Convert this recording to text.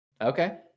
Okay